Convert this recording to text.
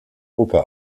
oper